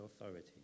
authority